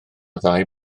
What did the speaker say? ddau